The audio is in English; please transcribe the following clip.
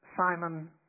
Simon